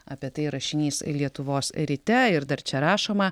apie tai rašinys lietuvos ryte ir dar čia rašoma